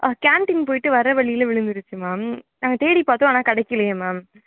canteen போய்விட்டு வர்ற வழில விழுந்துருச்சு மேம் நாங்கள் தேடி பார்த்தோம் ஆனால் கிடைக்கிலையே மேம்